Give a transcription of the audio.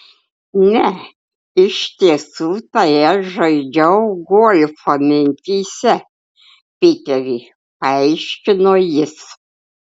ne iš tiesų tai aš žaidžiau golfą mintyse piteri paaiškino jis